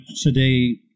today